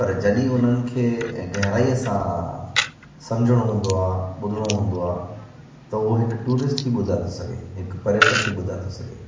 पर जॾहिं उन्हनि खे गहिराईअ सां समुझिणो हूंदो आहे ॿुधिणो हूंदो आहे त उहो हिकु टूरिस्ट ई ॿुधाए थो सघे हिकु पर्यटक ही ॿुधाए थो सघे